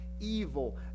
evil